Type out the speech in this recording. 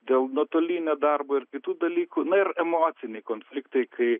dėl nuotolinio darbo ir kitų dalykų na ir emociniai konfliktai kai